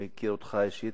אני מכיר אותך אישית,